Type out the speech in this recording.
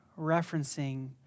referencing